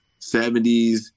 70s